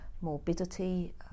morbidity